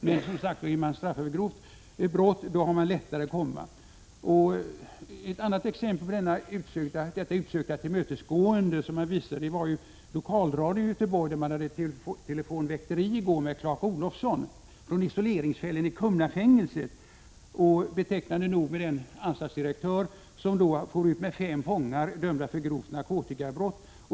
Den som är straffad för grovt brott har som sagt lättare att komma. Ett annat exempel på detta utsökta tillmötesgående är att lokalradion i Göteborg i går hade ett telefonväkteri med Clark Olofson från isoleringscellen i Kumlafängelset. Betecknande nog medverkade den anstaltsdirektör som for ut med fem fångar, dömda för grova narkotikabrott.